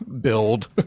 build